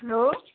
hello